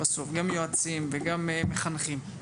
גם מיועצים וגם ממחנכים.